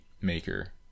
maker